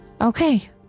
Okay